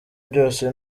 byose